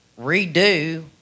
redo